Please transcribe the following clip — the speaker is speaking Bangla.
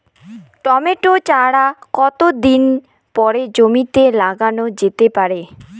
টমেটো চারা কতো দিন পরে জমিতে লাগানো যেতে পারে?